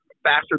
faster